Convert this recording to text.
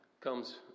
comes